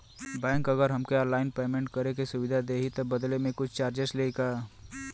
Bank अगर हमके online payment करे के सुविधा देही त बदले में कुछ चार्जेस लेही का?